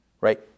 right